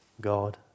God